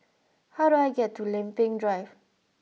how do I get to Lempeng Drive